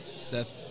Seth